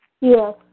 Yes